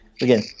again